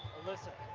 listen!